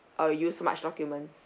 uh use much documents